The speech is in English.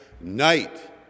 night